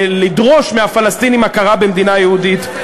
לדרוש מהפלסטינים הכרה במדינה יהודית.